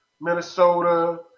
Minnesota